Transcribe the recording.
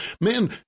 Man